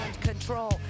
control